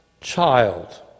Child